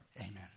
amen